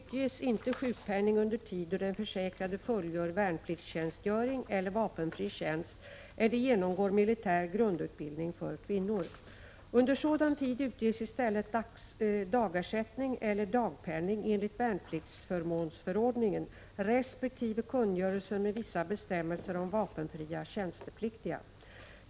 tid då den försäkrade fullgör värnpliktstjänstgöring eller vapenfri tjänst eller genomgår militär grundutbildning för kvinnor. Under sådan tid utges i stället dagersättning eller dagpenning enligt värnpliktsförmånsförordningen resp. kungörelsen med vissa bestämmelser om vapenfria tjänstepliktiga.